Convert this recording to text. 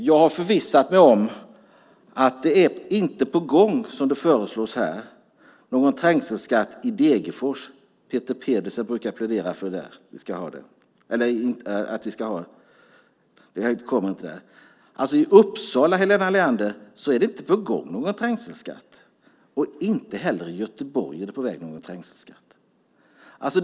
Jag har förvissat mig om att det inte är på gång, som det föreslås här, någon trängselskatt i Degerfors. Peter Pedersen brukar plädera för att man ska ha det. I Uppsala, Helena Leander, är det inte på gång med någon trängselskatt, inte heller i Göteborg.